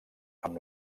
amb